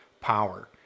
power